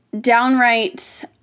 downright